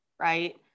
right